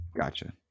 Gotcha